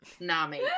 Nami